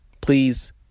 please